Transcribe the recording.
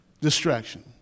distraction